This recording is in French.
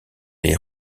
les